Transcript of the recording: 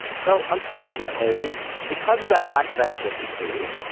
so unfortunately, because of that lack of advocacy,